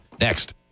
next